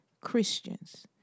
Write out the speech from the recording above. Christians